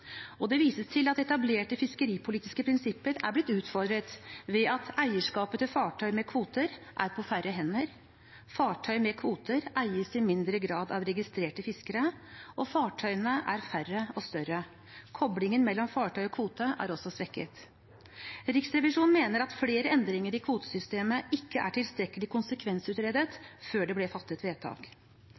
og det vises til at etablerte fiskeripolitiske prinsipper er blitt utfordret ved at eierskapet til fartøy med kvoter er på færre hender. Fartøy med kvoter eies i mindre grad av registrerte fiskere, og fartøyene er færre og større. Koblingen mellom fartøy og kvote er også svekket. Riksrevisjonen mener at flere endringer i kvotesystemet ikke var tilstrekkelig konsekvensutredet før det ble fattet vedtak.